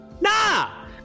Nah